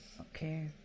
Okay